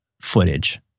footage